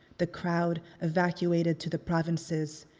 the crowd evacuated to the provinces.